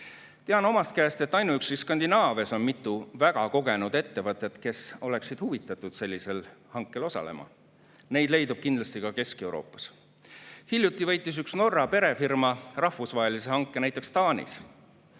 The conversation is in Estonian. Tean omast käest, et ainuüksi Skandinaavias on mitu väga kogenud ettevõtet, kes oleksid huvitatud sellisel hankel osalema. Neid leidub kindlasti ka Kesk-Euroopas. Hiljuti võitis üks Norra perefirma rahvusvahelise hanke näiteks Taanis.